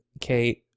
Kate